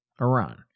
Iran